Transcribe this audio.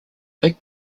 big